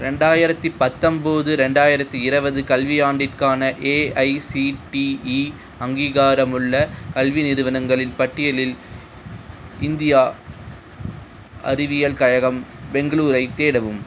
ரெண்டாயிரத்தி பத்தொம்போது ரெண்டாயிரத்தி இருபது கல்வியாண்டிற்கான ஏஐசிடிஇ அங்கீகாரமுள்ள கல்வி நிறுவனங்களின் பட்டியலில் இந்தியா அறிவியல் கழகம் பெங்களூரைத் தேடவும்